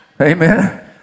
Amen